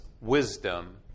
wisdom